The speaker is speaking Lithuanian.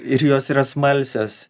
ir jos yra smalsios